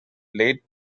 led